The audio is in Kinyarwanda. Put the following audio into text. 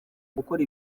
gukora